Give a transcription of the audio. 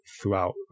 throughout